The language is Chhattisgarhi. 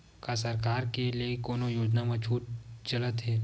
का सरकार के ले कोनो योजना म छुट चलत हे?